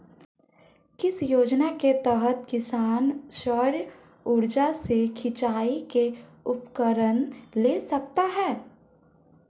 किस योजना के तहत किसान सौर ऊर्जा से सिंचाई के उपकरण ले सकता है?